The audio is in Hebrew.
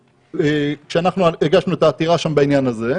כשאנחנו הגשנו את העתירה בעניין הזה,